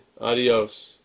adios